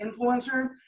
influencer